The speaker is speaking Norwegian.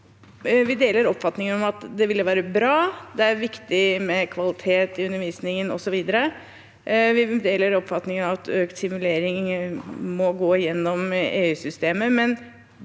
Vi deler oppfatningen av at det ville være bra, og at det er viktig med kvalitet i undervisningen, osv. Vi deler også oppfatningen av at økt simulering må gå gjennom EU-systemet.